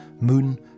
Moon